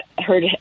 heard